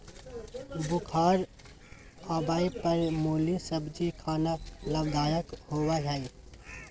बुखार आवय पर मुली सब्जी खाना लाभदायक होबय हइ